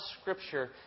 scripture